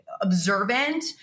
observant